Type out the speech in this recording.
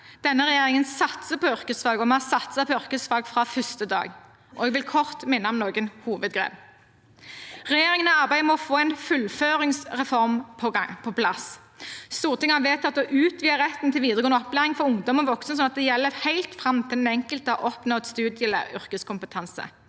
Denne regjeringen satser på yrkesfag, og vi har satset på yrkesfag fra første dag. Jeg vil kort minne om noen hovedgrep: Regjeringen arbeider med å få en fullføringsreform på plass. Stortinget har vedtatt å utvide retten til videregående opplæring for ungdom og voksne slik at det gjelder helt fram til den enkelte har oppnådd studie- eller yrkeskompetanse.